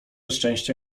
szczęścia